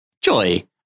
Joy